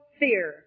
fear